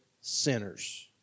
Sinners